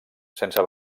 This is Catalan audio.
sense